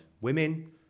women